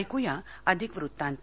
ऐक्या अधिक वृत्तांत